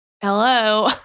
hello